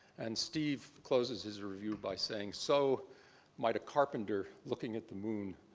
and steve closes his review by saying, so might a carpenter, looking at the moon,